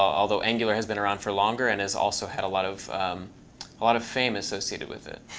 although angular has been around for longer and has also had a lot of lot of fame associated with it.